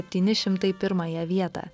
septyni šimtai pirmąją vietą